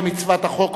כמצוות החוק,